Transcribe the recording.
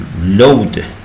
load